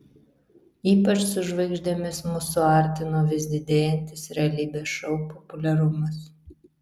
ypač su žvaigždėmis mus suartino vis didėjantis realybės šou populiarumas